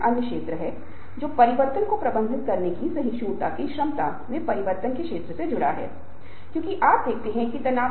एक अन्य सिद्धांत एक लक्ष्य निर्धारण सिद्धांत है जिसमें उल्लेख किया गया है कि यदि व्यक्ति स्वयं लक्ष्य निर्धारित करता है और भले ही यह एक कठिन लक्ष्य हो तो व्यक्ति लक्ष्य को प्राप्त करेगा